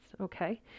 Okay